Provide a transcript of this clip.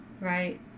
right